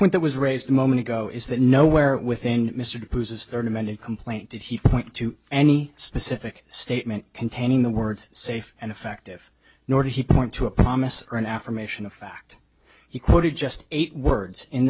point that was raised a moment ago is that nowhere within mr whose is there an amended complaint did he point to any specific statement containing the words safe and effective nor did he point to a promise or an affirmation of fact he quoted just eight words in